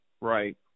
Right